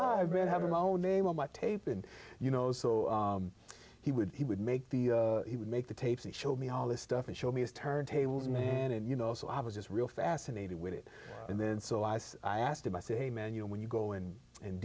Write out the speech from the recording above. band having no name on my tape and you know so he would he would make the he would make the tapes and show me all this stuff and show me his turntables and you know so i was just real fascinated with it and then so i asked him i said hey man you know when you go in and